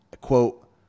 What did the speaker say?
quote